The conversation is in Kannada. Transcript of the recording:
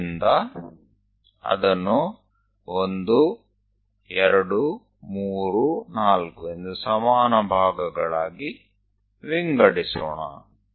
ಆದ್ದರಿಂದ ಅದನ್ನು 1 2 3 4 ಎಂದು ಸಮಾನ ಭಾಗಗಳಾಗಿ ವಿಂಗಡಿಸೋಣ